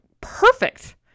perfect